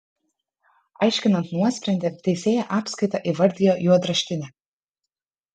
aiškinant nuosprendį teisėja apskaitą įvardijo juodraštine